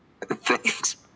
Thanks